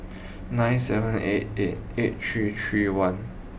nine seven eight eight eight three three one